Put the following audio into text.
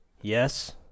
yes